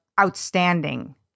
outstanding